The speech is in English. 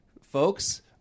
folks